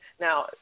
Now